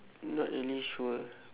not really sure